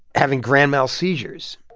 having grand mal seizures